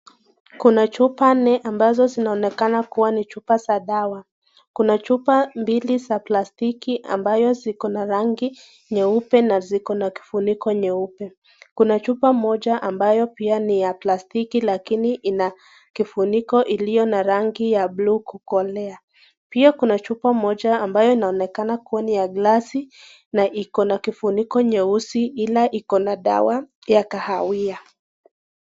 Kuna chupa nne ambazo zinaonekana kuwa ni chupa za dawa. Kuna chupa mbili ambazo za plastiki ambayo ziko na rangi nyeupe na ziko na kifuniko nyeupe. Kuna chupa moja ambayo pia ni ya plastiki lakini ina kifuniko iliyo na rangi ya bluu kukolea. Pia kuna chupa moja ambayo inaonekana kuwa ni ya glasi na iko na kifuniko nyeusi ila iko na dawa ya kahawia.